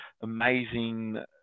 amazing